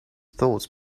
thoughts